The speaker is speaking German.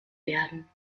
werden